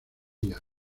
díaz